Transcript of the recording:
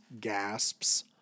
gasps